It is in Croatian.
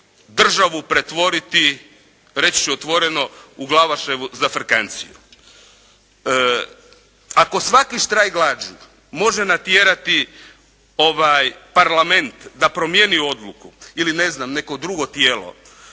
državu pretvoriti reći ću otvoreno u Glavaševu zafrkanciju. Ako svaki štrajk glađu može natjerati ovaj Parlament da promijeni odluku ili ne znam, neko drugo tijelo